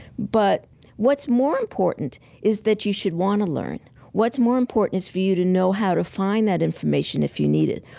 but what's more important is that you should want to learn what's more important is for you to know how to find that information if you need it.